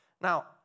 Now